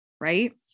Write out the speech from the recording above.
right